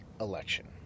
election